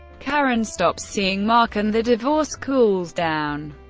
karen stops seeing mark and the divorce cools down.